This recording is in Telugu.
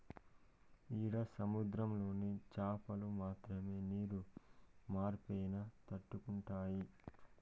ఈడ సముద్రంలోని చాపలు మాత్రమే నీరు మార్పైనా తట్టుకుంటాయి